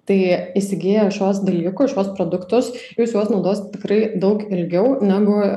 tai įsigiję šiuos dalykus šiuos produktus jūs juos naudosit tikrai daug ilgiau negu